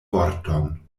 vorton